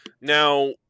now